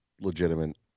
legitimate